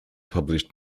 published